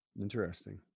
Interesting